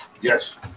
yes